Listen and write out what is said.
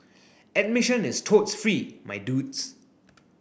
admission is totes free my dudes